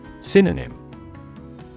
Synonym